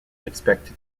expected